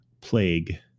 plague